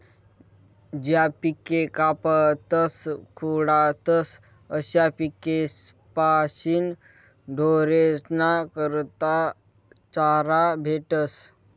ज्या पिके कापातस खुडातस अशा पिकेस्पाशीन ढोरेस्ना करता चारा भेटस